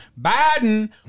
Biden